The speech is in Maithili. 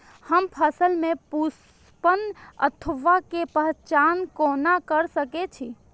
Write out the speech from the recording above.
हम फसल में पुष्पन अवस्था के पहचान कोना कर सके छी?